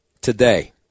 today